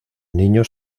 niño